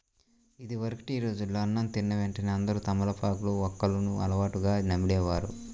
ఇదివరకటి రోజుల్లో అన్నం తిన్న వెంటనే అందరూ తమలపాకు, వక్కలను అలవాటుగా నమిలే వారు